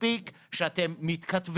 גם אם התקינה תיקבע מאוחר יותר בתקנות,